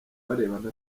barebana